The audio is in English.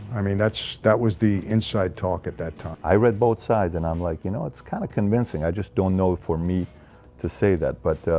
i mean that's that was the inside talk at that time i read both sides, and i'm like you know it's kind of convincing. i just don't know for me to say that but